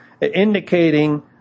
indicating